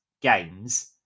games